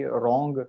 wrong